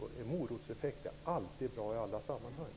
En morotseffekt är alltid bra i alla sammanhang.